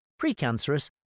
precancerous